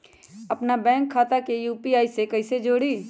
अपना बैंक खाता के यू.पी.आई से कईसे जोड़ी?